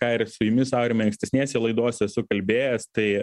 ką ir su jumis aurimai ankstesnėse laidose esu kalbėjęs tai